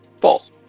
False